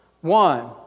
One